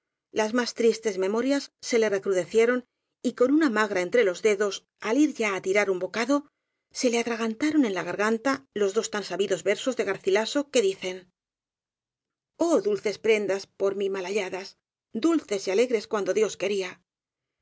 las más tristes memorias se le recrudecieron y con una magra entre los dedos al ir ya á tirar un bo cado se le atragantaron en la garganta los dos tan sabidos versos de garcilaso que dicen oh dulces prendas por mí nial halladas dulces y alegres cuando dios quería